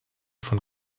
von